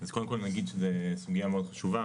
אז קודם כל נגיד שזו סוגיה מאוד חשובה,